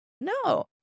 No